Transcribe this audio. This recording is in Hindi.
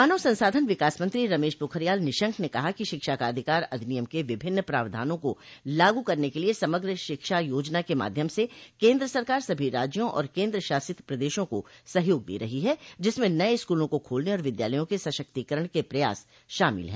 मानव संसाधन विकास मंत्री रमेश पोखरियाल निशंक ने कहा कि शिक्षा का अधिकार अधिनियम के विभिन्न प्रावधानों को लागू करने के लिए समग्र शिक्षा योजना के माध्यम से केन्द्र सरकार सभी राज्यों और केन्द्रशासित प्रदेशों को सहयोग दे रही है जिसमें नये स्कूलों को खोलने और विद्यालयों के सशक्तिकरण के प्रयास शामिल हैं